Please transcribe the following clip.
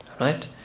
right